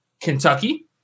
Kentucky